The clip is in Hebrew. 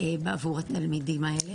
בעבור התלמידים האלה.